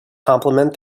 compliment